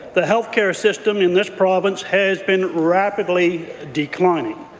the health care system in this province has been rapidly declining